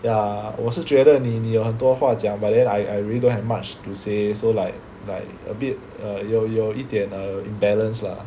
ya 我是觉得你你有很多话讲 but then I I really don't have much to say so like like a bit err 有有一点 imbalance lah